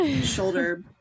shoulder